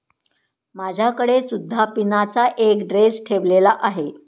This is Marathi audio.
माझ्याकडे सुद्धा पिनाचा एक ड्रेस ठेवलेला आहे